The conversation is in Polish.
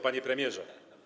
Panie Premierze!